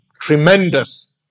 tremendous